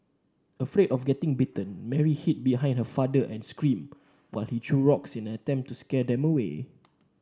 afraid of getting bitten Mary hid behind her father and screamed while he threw rocks in an attempt to scare them away